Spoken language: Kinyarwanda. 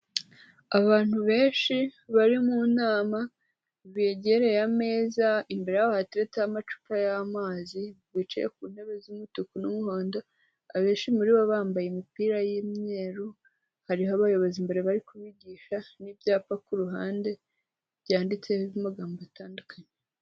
Abantu benshi bari mu nama begereye ameza, imbere yaho hateretseho amacupa y'amazi, bicaye ku ntebe z'umutuku n'umuhondo, abenshi muri bo bambaye imipira y'imyeru, hariho abayobozi imbere bari kubigisha n'ibyapa ku ruhande byanditseho amagambo atandukanye.